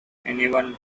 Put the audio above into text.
anyone